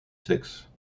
sexes